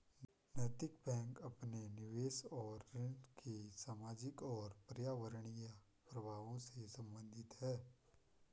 नैतिक बैंक अपने निवेश और ऋण के सामाजिक और पर्यावरणीय प्रभावों से संबंधित है